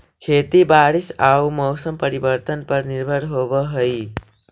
खेती बारिश आऊ मौसम परिवर्तन पर निर्भर होव हई